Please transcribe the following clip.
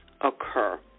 occur